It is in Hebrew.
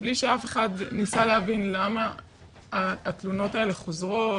בלי שאף אחד ניסה להבין למה התלונות האלה חוזרות,